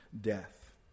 death